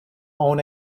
own